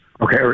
Okay